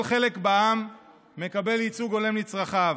כל חלק בעם מקבל ייצוג הולם לצרכיו.